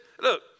look